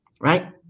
right